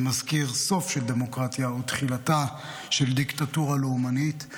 זה מזכיר סוף של דמוקרטיה ותחילתה של דיקטטורה לאומנית.